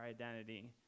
identity